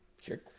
Sure